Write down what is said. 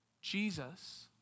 Jesus